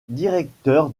directeur